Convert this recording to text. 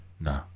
No